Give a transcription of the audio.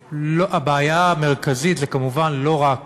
הבעיה המרכזית היא, כמובן, לא רק